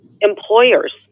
employers